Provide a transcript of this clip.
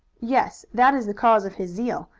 yes, that is the cause of his zeal.